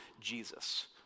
Jesus